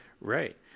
Right